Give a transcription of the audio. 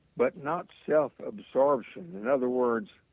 but not self-absorption. in other words,